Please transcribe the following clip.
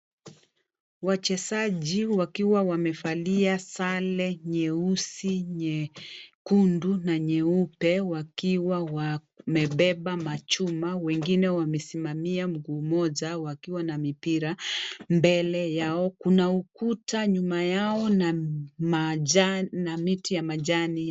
Wachezaji wakiwa wamevalia sare nyeusi, nyekundu na nyeupe wakiwa wamebeba machuma, wengine wakiwa wamesimamia mguu mmoja wakiwa na mipira mbele yao. Kuna ukuta nyuma yao na miti ya majani.